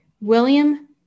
William